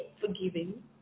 forgiving